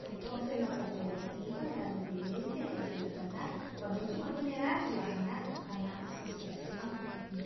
Entonces la cooperativa la diferencia re' en que la janaj pa' meer kib'an generar y la janaj janaj asociación